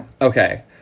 Okay